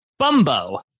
Bumbo